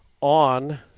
on